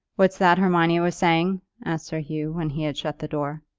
what's that hermione was saying? asked sir hugh, when he had shut the door.